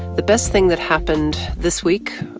the best thing that happened this week,